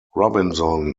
robinson